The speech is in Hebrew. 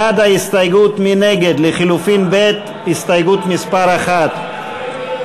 רע"ם-תע"ל-מד"ע, קבוצת סיעת חד"ש,